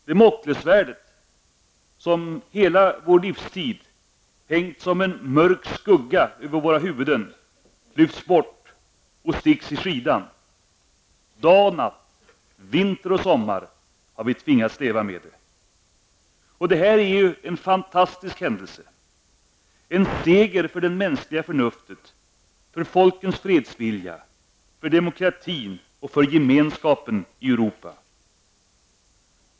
Damoklessvärdet, som hela vår livstid hängt som en mörk skugga över våra huvuden, lyfts bort och sticks i skidan -- dag och natt vinter och sommar har vi tvingats leva med det -- och det är ju en fantastisk händelse, en seger för det mänskliga förnuftet, för folkens fredsvilja, för demokratin, för gemenskapen i Europa.